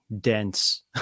dense